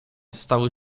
stały